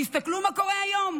תסתכלו מה קורה היום,